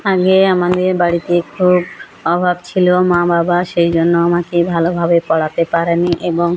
আগে আমাদের বাড়িতে খুব অভাব ছিলো মা বাবা সেই জন্য আমাকে ভালোভাবে পড়াতে পারে নি এবং